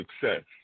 success